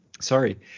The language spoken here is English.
sorry